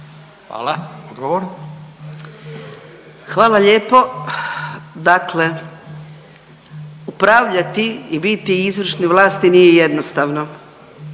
Hvala lijepo. Dakle upravljati i biti u izvršnoj vlasti nije jednostavno.